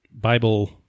Bible